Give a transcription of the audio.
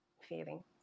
feeling